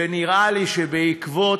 ונראה לי שבעקבות,